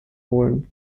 holen